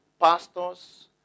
Pastors